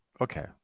Okay